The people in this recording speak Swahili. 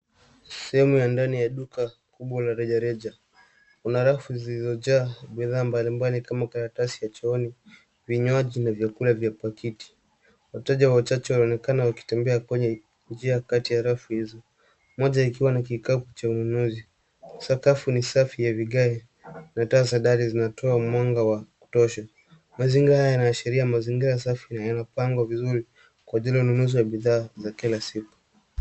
Sehemu ya ndani ya duka kubwa la rejareja. Kuna rafu zilizojaa bidhaa mbalimbali kama karatasi ya chooni, vinywaji na vyakula vya pakiti. Wateja wachache wanaonekana wakitembea kwenye njia kati ya rafu hizo. Mmoja ikiwa ni kikapu cha ununuzi. Sakafu ni safi ya vigai. Na taa za dari zinatoa mwanga wa kutosha. Mazingara yanaashiria mazingira safu na yanapangwa vizuri kwa ajili ya ununuzi wa bidhaa za kila siku.